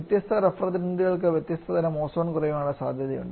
വ്യത്യസ്ത റഫ്രിജറന്റുകൾക്ക് വ്യത്യസ്ത തരം ഓസോൺ കുറയാനുള്ള സാധ്യതയുണ്ട്